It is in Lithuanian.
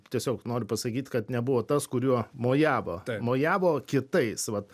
tiesiog noriu pasakyt kad nebuvo tas kuriuo mojavo mojavo kitais vat